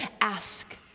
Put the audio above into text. ask